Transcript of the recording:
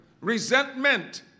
Resentment